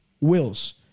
wills